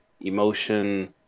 emotion